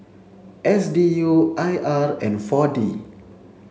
S D U I R and four D